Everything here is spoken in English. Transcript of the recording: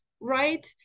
right